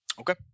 Okay